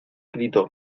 gritó